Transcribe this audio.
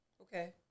Okay